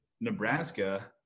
Nebraska